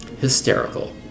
Hysterical